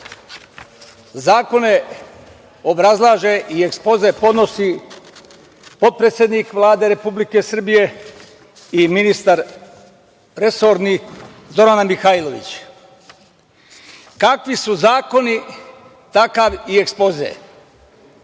Zakone obrazlaže i ekspoze podnosi potpredsednik Vlade Republike Srbije, i ministar resorni, Zorana Mihajlović. Kakvi su zakoni, takav i ekspoze.